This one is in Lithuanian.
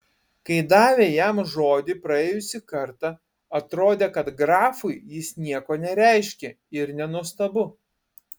kai davė jam žodį praėjusį kartą atrodė kad grafui jis nieko nereiškia ir nenuostabu